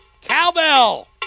Cowbell